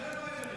בבקשה.